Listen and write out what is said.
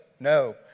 No